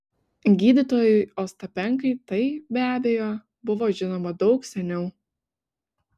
gydytojui ostapenkai tai be abejo buvo žinoma daug seniau